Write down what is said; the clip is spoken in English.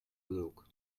look